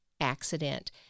accident